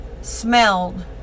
smelled